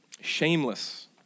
shameless